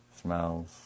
Smells